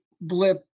blip